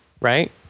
right